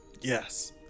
Yes